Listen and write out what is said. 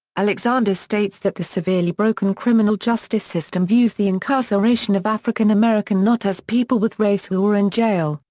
alexander states that the severely broken criminal justice system views the incarceration of african american not as people with race who are in jail,